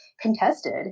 contested